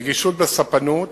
נגישות בספנות,